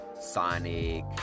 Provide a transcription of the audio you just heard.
Sonic